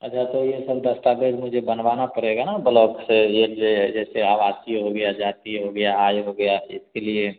अच्छा तो यह सब दस्तावेज़ मुझे बनवाना पड़ेगा ना बलॉक से यह जैसे आवासीय हो गया जातीय हो गया आय हो गया इसके लिए